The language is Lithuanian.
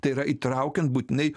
tai yra įtraukiant būtinai